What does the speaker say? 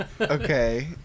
Okay